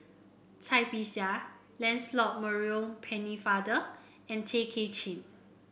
Cai Bixia Lancelot Maurice Pennefather and Tay Kay Chin